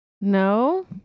No